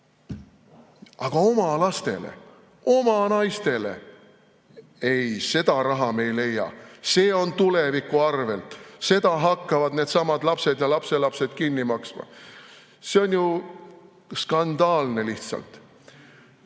Aga oma lastele, oma naistele? Ei, seda raha me ei leia, see oleks tuleviku arvelt. Seda hakkaksid needsamad lapsed ja lapselapsed kinni maksma. See on ju skandaalne lihtsalt!